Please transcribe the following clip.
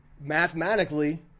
mathematically